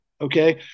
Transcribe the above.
okay